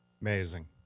Amazing